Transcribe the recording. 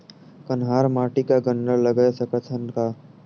कन्हार माटी म गन्ना लगय सकथ न का?